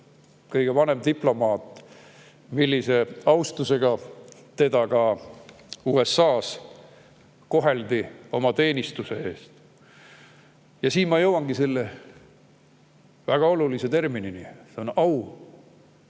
kõige vanem diplomaat? Millise austusega teda ka USA‑s tema teenistuse eest koheldi! Ja siin ma jõuangi selle väga olulise terminini: see on au.